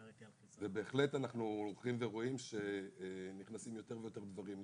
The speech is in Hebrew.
ובהחלט אנחנו הולכים ורואים שנכנסים יותר ויותר דברים.